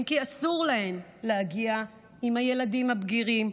כי אסור להן להגיע עם הילדים הבגירים,